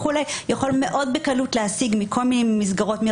יכול מאוד בקלות להשיג מכל מיני מסגרות כמו